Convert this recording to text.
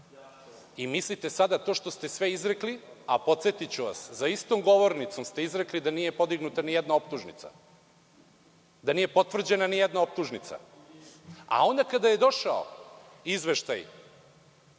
Mislite sada to što ste sve izrekli, a podsetiću vas, za istom govornicom se izrekli da nije podignuta ni jedna optužnica, da nije potvrđena ni jedna optužnica, a onda kada je došao Izveštaj